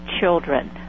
children